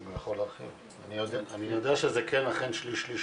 אני יודע שזה כן אכן שליש/שליש/שליש,